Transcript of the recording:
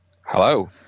Hello